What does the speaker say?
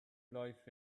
life